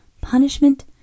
punishment